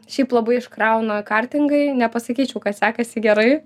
šiaip labai iškrauna kartingai nepasakyčiau kad sekasi gerai